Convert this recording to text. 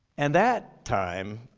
and that time,